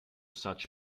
such